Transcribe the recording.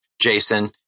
Jason